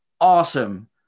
awesome